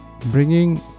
bringing